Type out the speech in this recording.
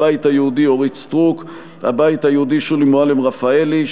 הבית היהודי: אורית סטרוק ושולי מועלם-רפאלי.